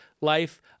life